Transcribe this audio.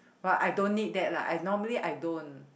but I don't need that lah I normally I don't